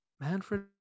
Manfred